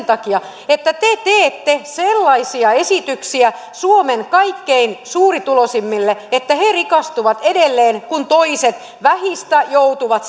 takia että te teette sellaisia esityksiä suomen kaikkein suurituloisimmille että he rikastuvat edelleen kun toiset vähistä joutuvat